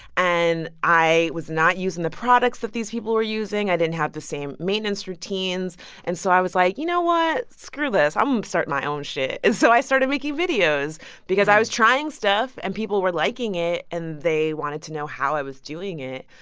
and i was not using the products that these people were using. i didn't have the same maintenance routines and so i was like, you know what? screw this. i'm starting my own shit. and so i started making videos because i was trying stuff and people were liking it, and they wanted to know how i was doing it.